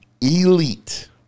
elite